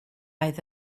oedd